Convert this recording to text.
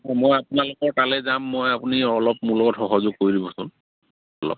অঁ মই আপোনালোকৰ তালৈ যাম মই আপুনি অলপ মোৰ লগত সহযোগ কৰি দিবচোন অলপ